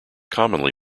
commonly